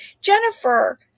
Jennifer